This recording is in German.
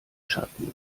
schatten